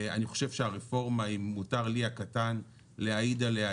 אני חושב שהרפורמה אם מותר לי הקטן להעיד עליה,